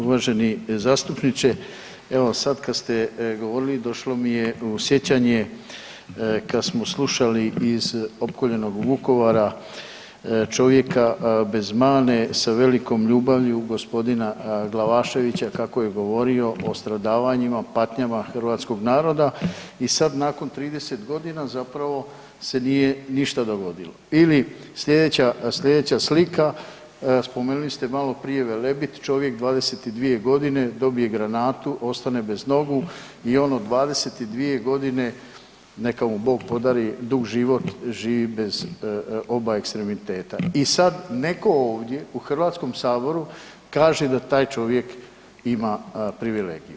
Uvaženi zastupničke evo sad kad ste govorili došlo mi je u sjećanje kad smo slušali iz opkoljenog Vukovara čovjeka bez mane sa velikom ljubavlju gospodina Glavaševića kako je govorio o stradavanjima, patnjama hrvatskog naroda i sad nakon 30 godina zapravo se nije ništa dogodilo ili slijedeća slika spomenuli ste maloprije Velebit čovjek 22 godine dobije granatu ostane bez nogu i on od 22 godine, neka mu Bog podari dug život, živi bez oba ekstremiteta i sad netko ovdje u Hrvatskom saboru kaže da taj čovjek ima privilegije.